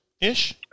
ish